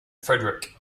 frederick